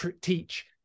teach